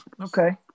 okay